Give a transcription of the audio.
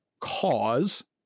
cause